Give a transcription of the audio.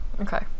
okay